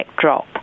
drop